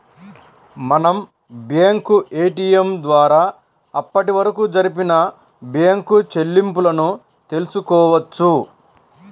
మనం bank ATM ద్వారా అప్పటివరకు జరిపిన బ్యేంకు చెల్లింపులను తెల్సుకోవచ్చు